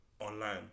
Online